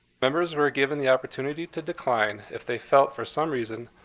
members were given the opportunity to decline if they felt for some reason,